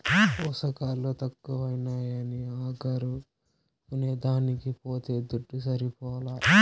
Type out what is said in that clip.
పోసకాలు తక్కువైనాయని అగరు కొనేదానికి పోతే దుడ్డు సరిపోలా